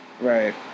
right